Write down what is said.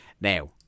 Now